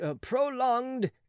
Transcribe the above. prolonged